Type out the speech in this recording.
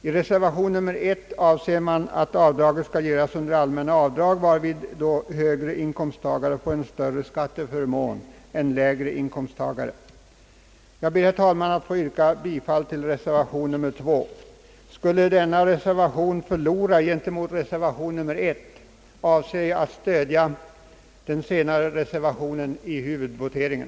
I reservationen nr 1 anser man att avdraget skall göras under allmänna avdrag, varvid högre inkomsttagare får en större skatteförmån än lägre inkomsttagare. Jag ber, herr talman, att få yrka bifall till reservation nr 2. Skulle denna reservation förlora gentemot reservation nr 1, avser jag att stödja den senare i huvudvoteringen.